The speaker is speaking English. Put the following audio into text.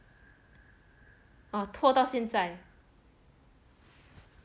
!wah! 拖到现在